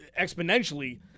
exponentially